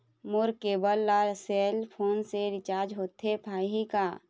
मोर cable ला cell phone से recharge होथे पाही का?